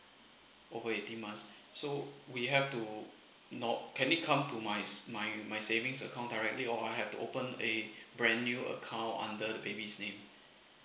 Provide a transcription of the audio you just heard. oh eighteen months so we have to note can it come to my my my savings account directly or I have to open a brand new account under A B C